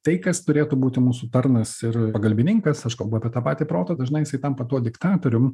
tai kas turėtų būti mūsų tarnas ir pagalbininkas aš kalbu apie tą patį protą dažnai jisai tampa tuo diktatorium